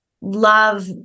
love